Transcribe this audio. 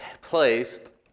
placed